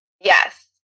Yes